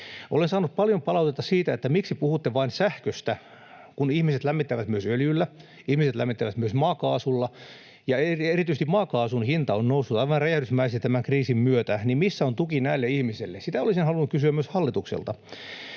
Olen saanut paljon palautetta siitä, miksi puhutte vain sähköstä, kun ihmiset lämmittävät myös öljyllä, ihmiset lämmittävät myös maakaasulla, ja kun erityisesti maakaasun hinta on noussut aivan räjähdysmäisesti tämän kriisin myötä, niin missä on tuki näille ihmisille. Sitä olisin halunnut kysyä myös hallitukselta.